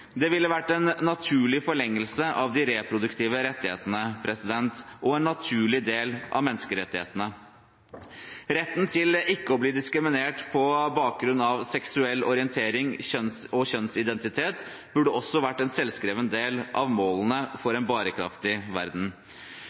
Det ville vært en naturlig forlengelse av de reproduktive rettighetene og en naturlig del av menneskerettighetene. Retten til ikke å bli diskriminert på bakgrunn av seksuell orientering og kjønnsidentitet burde også vært en selvskreven del av målene for en bærekraftig verden.